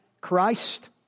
Christ